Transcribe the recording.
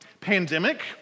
pandemic